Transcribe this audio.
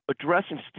Addressing